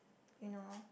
you know